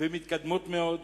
ומתקדמות מאוד.